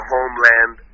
homeland